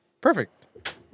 Perfect